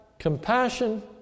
Compassion